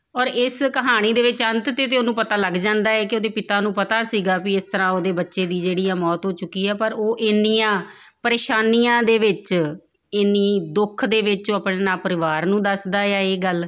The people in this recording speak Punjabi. ਔਰ ਇਸ ਕਹਾਣੀ ਦੇ ਵਿੱਚ ਅੰਤ 'ਤੇ ਤਾਂ ਉਹਨੂੰ ਪਤਾ ਲੱਗ ਜਾਂਦਾ ਹੈ ਕਿ ਉਹਦੇ ਪਿਤਾ ਨੂੰ ਪਤਾ ਸੀਗਾ ਵੀ ਇਸ ਤਰ੍ਹਾਂ ਉਹਦੇ ਬੱਚੇ ਦੀ ਜਿਹੜੀ ਆ ਮੌਤ ਹੋ ਚੁੱਕੀ ਹੈ ਪਰ ਉਹ ਇੰਨੀਆਂ ਪਰੇਸ਼ਾਨੀਆਂ ਦੇ ਵਿੱਚ ਇੰਨੀ ਦੁੱਖ ਦੇ ਵਿੱਚ ਉਹ ਆਪਣੇ ਨਾ ਪਰਿਵਾਰ ਨੂੰ ਦੱਸਦਾ ਆ ਇਹ ਗੱਲ